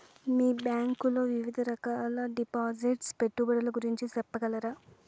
మీ bank లో వివిధ రకాల డిపాసిట్స్, పెట్టుబడుల గురించి సెప్పగలరా?